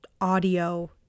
audio